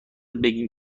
بگین